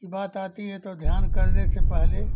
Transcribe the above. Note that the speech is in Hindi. की बात आती है तो ध्यान करने से पहले